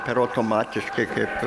per automatiškai kaip